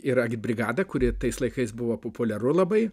yra gi brigada kuri tais laikais buvo populiaru labai